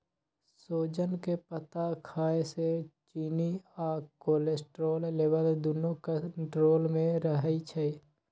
सोजन के पत्ता खाए से चिन्नी आ कोलेस्ट्रोल लेवल दुन्नो कन्ट्रोल मे रहई छई